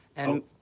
and,